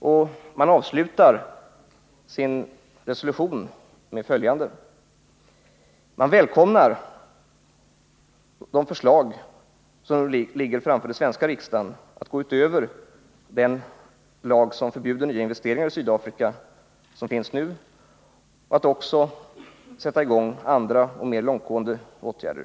Den avslutades med att man antog en resolution, vari man bl.a. uttalar att man välkomnar det förslag som nu behandlas av den svenska riksdagen och som innebär att vi skall gå utöver nu gällande lag om förbud mot investeringar i Sydafrika och vidta andra och mera långtgående åtgärder.